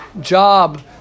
job